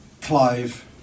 Clive